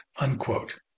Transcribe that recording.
unquote